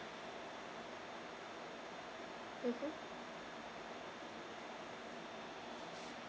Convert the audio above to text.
mmhmm